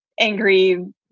angry